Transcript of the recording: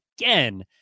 again